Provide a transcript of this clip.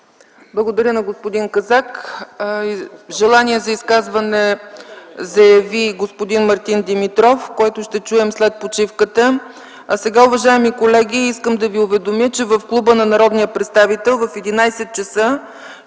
Благодаря на господин Казак. Желание за изказване заяви господин Мартин Димитров, когото ще чуем след почивката. Сега, уважаеми колеги, искам да ви уведомя, че в Клуба на народния представител в 11,00